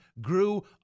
grew